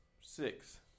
Six